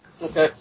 Okay